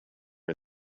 are